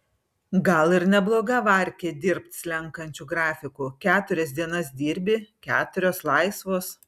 gal ir nebloga varkė dirbt slenkančiu grafiku keturias dienas dirbi keturios laisvos